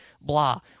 blah